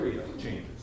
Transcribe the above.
changes